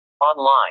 Online